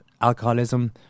alcoholism